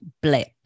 blip